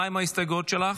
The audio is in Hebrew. מה עם ההסתייגויות שלך?